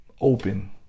open